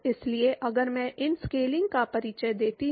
इसलिए अगर मैं इन स्केलिंग का परिचय देता हूं